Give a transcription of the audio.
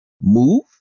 move